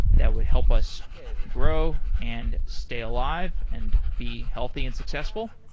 that would help us grow and stay alive and be healthy and successful.